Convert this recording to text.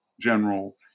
general